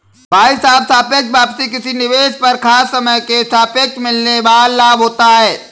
भाई साहब सापेक्ष वापसी किसी निवेश पर खास समय के सापेक्ष मिलने वाल लाभ होता है